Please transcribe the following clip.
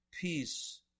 peace